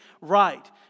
right